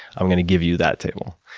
i'm gonna give you that table.